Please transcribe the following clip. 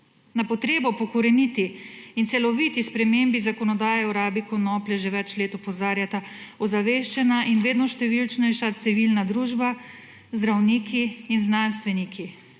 Na potrebo po koreniti in celoviti spremembi zakonodaje o rabi konoplje že več let opozarjata ozaveščena in vedno številčnejša civilna družba, zdravniki in znanstveniki.